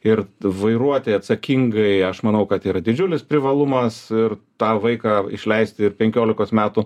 ir vairuoti atsakingai aš manau kad yra didžiulis privalumas ir tą vaiką išleisti penkiolikos metų